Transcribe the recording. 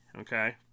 okay